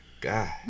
god